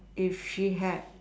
if she had